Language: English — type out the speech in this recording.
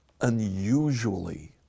unusually